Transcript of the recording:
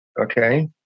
Okay